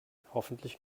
hoffentlich